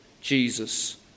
Jesus